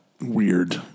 Weird